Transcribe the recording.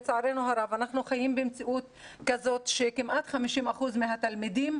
לצערנו הרב אנחנו חיים במציאות כזאת שכמעט 50% מהתלמידים,